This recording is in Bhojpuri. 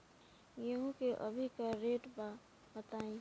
गेहूं के अभी का रेट बा बताई?